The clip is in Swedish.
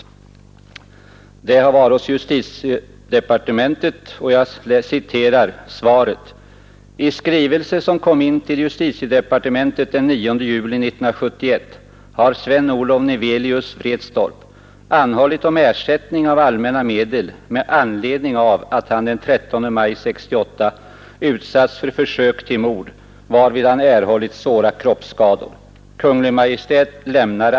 Ansökan har varit hos justitiedepartementet och jag citerar svaret: ”I skrivelse, som kom in till justitiedepartementet den 9 juli 1971, har Sven-Olof Nevelius, Vretstorp, anhållit om ersättning av allmänna medel med anledning av att han den 13 maj 1968 utsatts för försök till mord, varvid han erhållit svåra kroppsskador.